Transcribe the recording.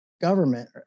government